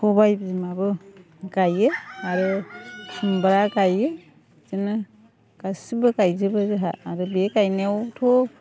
सबाइ बिमाबो गायो आरो खुमब्रा गायो बिदिनो गासिबो गायजोबो जोंहा आरो बे गायनायावथ'